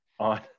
on